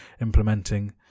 implementing